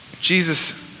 Jesus